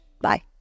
Bye